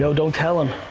so don't tell em. shh.